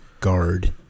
Guard